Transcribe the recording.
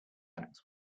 acts